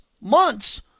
months